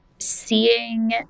Seeing